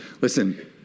Listen